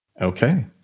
Okay